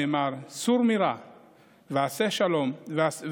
נאמר: "סור מרע ועשה טוב,